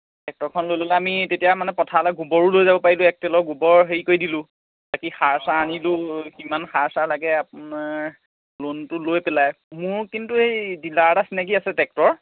টেক্টৰখন লৈ ল'লে আমি তেতিয়া মানে পথাৰলে গোবৰো লৈ যাব পাৰিলোঁ এক টেলৰ গোবৰ হেৰি কৰি দিলোঁ বাকী সাৰ চাৰ আনিলোঁ কিমান সাৰ চাৰ লাগে আপোনাৰ লোনটো লৈ পেলাই মোৰ কিন্তু এই ডিলাৰ এটা চিনাকী আছে টেক্টৰ